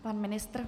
Pan ministr?